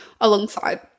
alongside